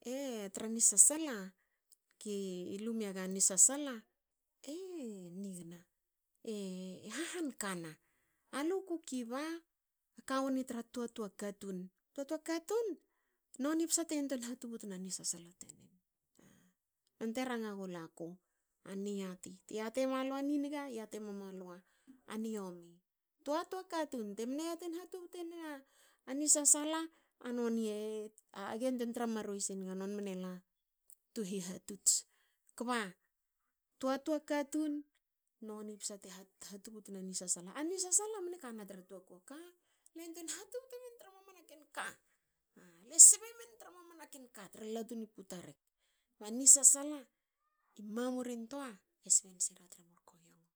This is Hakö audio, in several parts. E tra ni sasala kilu miaga ni sasala. e nigna e hahan kana. aluku kiba. kau ni tra toa toa katun. toa- toa katun. noni psa te yantwein hatubtna na ni sasala tanen. Non te ranga gula ku. A niati te yati emalu a niniga yati mualu ani yomi toa- toa katun. te mne yatin hatubtu na ni sasala a noni e. ge yantuein tra maruei senga non mne la tu hihatots. kba toa toa katun noni psa te hatubna ni sasala. Ani sasala mne kana tra toa ku a ka. ale yantuein hatubte men tra mamana ka. Le sbe men tra mamana ka tra latu ni puta rek. Ani sasala i mamur intoa e sben se ra tre murkohiongo,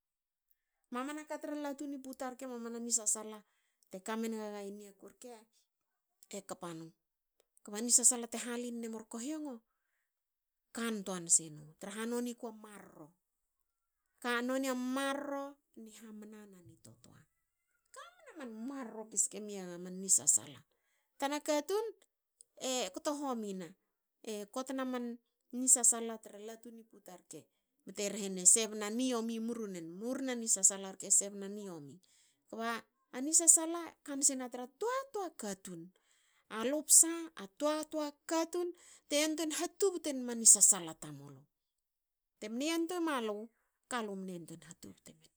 mamana ka tra latu ni puta rke mamana ni sasala te kamenga ga i niaku rke e kpa nu. Ani sasala te haline murkohiongo kantuan sinu traha noni ku a marro ka noni a marro ni hamna na ni totoa. Ka mna man marro ki ske mia ga man ni sasala. Tana katun e kto homina. E kotna man ni sasala tra latu ni puta rke bte rhe na e sbe na ni yomi murunen. ani sasala rke e sebna ni yomi. Kba ni sasala kan sina tra toa toa katun. Alu psa toa toa katun te yantuein hatubten ma ni sasala tamulu. te mne yantwei malu. ka lu mne yantuein hatubte men.